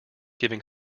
giving